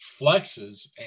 flexes